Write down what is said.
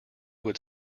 would